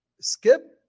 skip